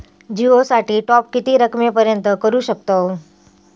जिओ साठी टॉप किती रकमेपर्यंत करू शकतव?